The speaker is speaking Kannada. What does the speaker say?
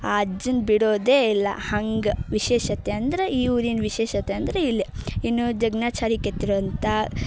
ಆ ಅಜ್ಜನ ಬಿಡೋದೆ ಇಲ್ಲ ಹಂಗೆ ವಿಶೇಷತೆ ಅಂದ್ರೆ ಈ ಊರಿನ ವಿಶೇಷತೆ ಅಂದ್ರೆ ಇಲ್ಲೇ ಇನ್ನು ಜಕ್ಣಾಚಾರಿ ಕೆತ್ತಿರುವಂಥ